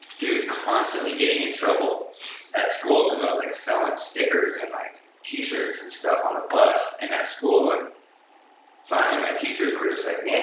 dude, constantly getting in trouble at school cause i was like selling stickers and like t-shirts and stuff on the bus and at school. and finally my teachers were just like, man,